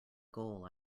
goal